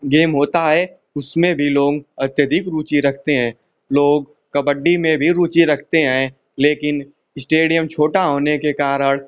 game होता है उसमें भी लोग अत्यधिक रुचि रखते हैं लोग कबड्डी में भी रुचि रखते हैं लेकिन इस्टेडियम छोटा होने के कारण